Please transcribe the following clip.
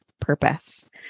purpose